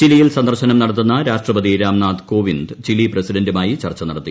ചിലിയിൽ സന്ദർശനം നടത്തുന്ന രാഷ്ട്രപതി രാംനാഥ് കോവിന്ദ് ചിലി പ്രസിഡന്റുമായി ചർച്ച നടത്തി